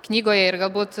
knygoje ir galbūt